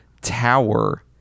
Tower